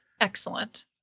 Excellent